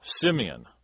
Simeon